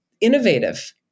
innovative